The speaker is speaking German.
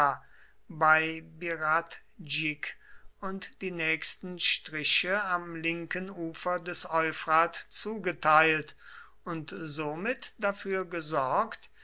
und die nächsten striche am linken ufer des euphrat zugeteilt und somit dafür gesorgt